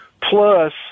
Plus